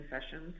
sessions